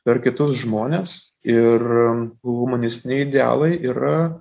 per kitus žmones ir humanistiniai idealai yra